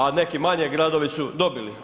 A neki manji gradovi su dobili.